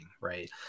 right